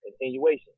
Continuation